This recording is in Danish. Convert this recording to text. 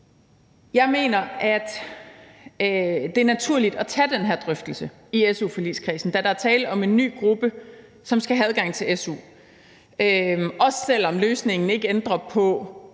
Jeg mener, at det er naturligt at tage den her drøftelse i su-forligskredsen, da der er tale om en ny gruppe, som skal have adgang til su – også selv om løsningen ikke ændrer på